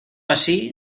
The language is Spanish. así